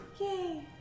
Yay